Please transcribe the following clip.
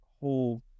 whole